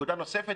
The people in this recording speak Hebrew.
נקודה נוספת,